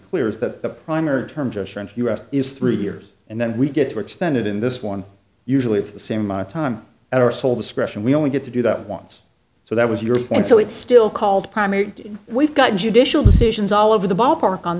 that the primary term just rent us is three years and then we get to extend it in this one usually it's the same amount of time at our sole discretion we only get to do that once so that was your point so it's still called primary we've got judicial decisions all over the ballpark on